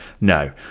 no